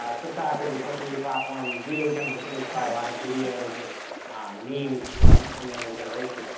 ah tiktok is a social media platform really kind of distinguished by a lot of videos and memes from from younger generations,